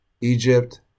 Egypt